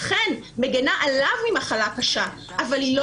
אכן מגינה עליו ממחלה קשה אבל היא לא